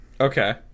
Okay